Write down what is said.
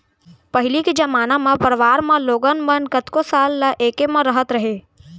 पहिली के जमाना म परवार म लोगन मन कतको साल ल एके म रहत रहें